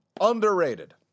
underrated